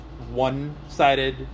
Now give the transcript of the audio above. one-sided